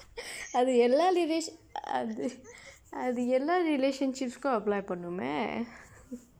அது எல்லா:athu ellaa relation~ அது எல்லா:athu ellaa relationships-ukkum apply பண்ணுமே:pannumee